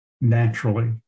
naturally